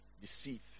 deceit